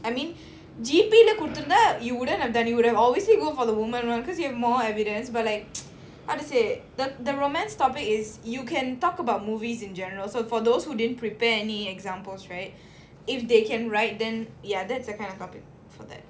I mean G_P dah கூட்டத்துல:kootathula you wouldn't have done you would have obviously go for the woman [one] because you have more evidence but like how to say the the romance topic is you can talk about movies in general so for those who didn't prepare any examples right if they can write then ya that's the kind of topic for them